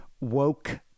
woke